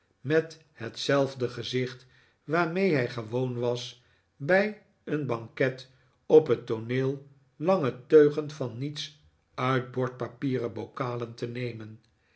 met hetzelfde gezicht waarmee hij gewoon was bij een banket op het tooneel lange teugen van niets uit bordpapieren bokalen te nemen